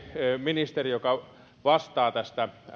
ministeri joka vastaa tästä